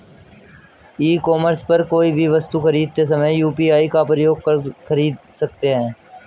ई commerce पर कोई भी वस्तु खरीदते समय यू.पी.आई का प्रयोग कर खरीद सकते हैं